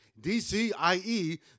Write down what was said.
DCIE